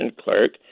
clerk